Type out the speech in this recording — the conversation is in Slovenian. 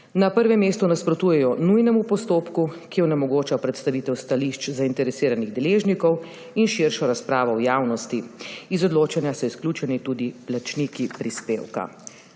Na prvem mestu nasprotujejo nujnemu postopku, ki onemogoča predstavitev stališč zainteresiranih deležnikov in širšo razpravo v javnosti, iz odločanja so izključeni tudi plačniki prispevka.